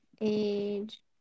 age